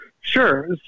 Sure